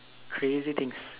crazy things